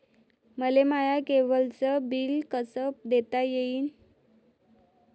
मले माया केबलचं बिल कस देता येईन?